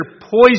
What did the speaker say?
poison